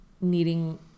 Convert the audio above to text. needing